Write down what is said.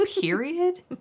period